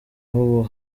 ubu